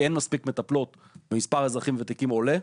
כי אין מספיק מטפלות ומספר האזרחים הוותיקים עולה.